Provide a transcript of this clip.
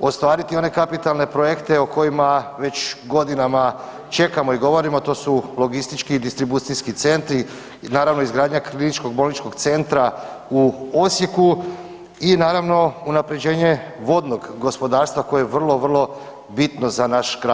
ostvariti one kapitalne projekte o kojima već godinama čekamo i govorimo, to su logistički i distribucijski centri, naravno izgradnja KBC-a u Osijeku i naravno unapređenje vodnog gospodarstva koje je vrlo, vrlo za naš kraj.